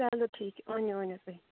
چلو ٹھیٖک أنِو أنِو تُہۍ